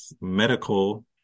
medical